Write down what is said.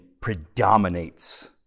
predominates